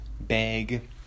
bag